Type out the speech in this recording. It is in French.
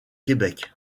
québec